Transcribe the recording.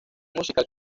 musical